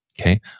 Okay